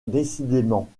décidément